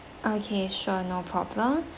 okay sure no problem